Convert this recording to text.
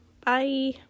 Bye